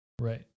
Right